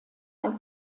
ein